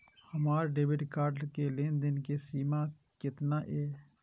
हमार debit card के लेन देन के सीमा केतना ये?